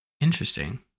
Interesting